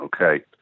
Okay